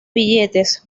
billetes